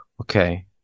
Okay